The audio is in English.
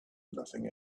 nothing